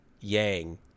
Yang